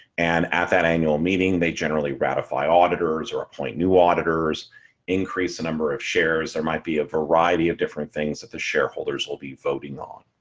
and at that annual meeting they generally ratify auditors or appoint new auditors increase the number of shares or might be a variety of different things that the shareholders will be voting on.